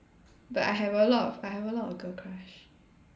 but I have a lot of I have a lot of a girl crush